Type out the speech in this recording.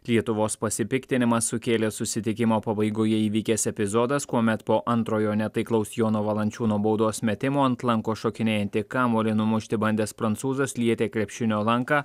lietuvos pasipiktinimą sukėlė susitikimo pabaigoje įvykęs epizodas kuomet po antrojo netaiklaus jono valančiūno baudos metimo ant lanko šokinėjantį kamuolį numušti bandęs prancūzas lietė krepšinio lanką